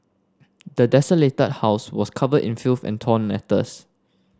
the desolated house was covered in filth and torn letters